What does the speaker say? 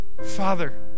Father